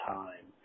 time